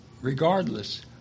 regardless